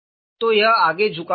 तो यह आगे झुका हुआ है